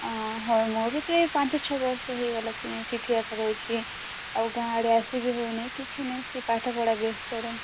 ହଉ ମୋର ବି ତ ଏଇ ପାଞ୍ଚ ଛଅ ବର୍ଷ ହେଇଗଲା କି ନାଇଁ ସେଠି ଏକା ରହୁଛି ଆଉ ଗାଁ ଆଡ଼େ ଆସି ବି ହେଉ ନାହିଁ କିଛି ନାହିଁ କି ପାଠ ପଢ଼ା ବ୍ୟସ୍ତରେ